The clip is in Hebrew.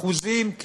אחוזים,